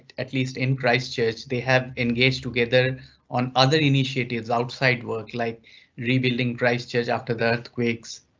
at least in christchurch they have engaged together on other initiatives outside work like rebuilding christchurch after the earthquakes,